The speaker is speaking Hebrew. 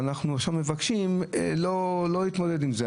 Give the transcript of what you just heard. ואנחנו מבקשים לא להתמודד עם זה.